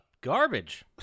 garbage